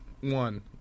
one